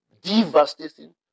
devastating